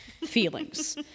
feelings